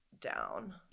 down